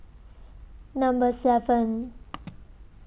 Number seven